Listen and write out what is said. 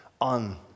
on